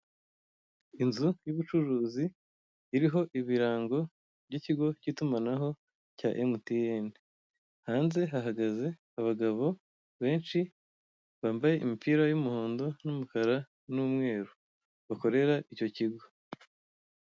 Inzu y'ubucuruzi iriho ibirango byikigok'itumanaho cya MTN, hanze hahagaze abagabo benshi bambaye imipira y'umuhondo n'umukara n'umweru bakorera icyo kigo.